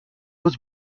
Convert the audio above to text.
was